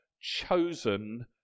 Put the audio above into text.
chosen